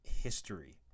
history